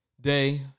day